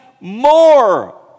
more